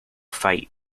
fight